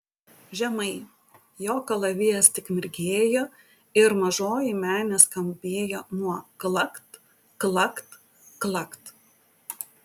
žemai jo kalavijas tik mirgėjo ir mažoji menė skambėjo nuo klakt klakt klakt